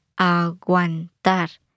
aguantar